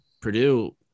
Purdue –